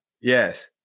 Yes